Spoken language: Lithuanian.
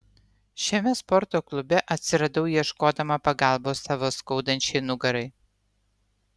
šiame sporto klube atsiradau ieškodama pagalbos savo skaudančiai nugarai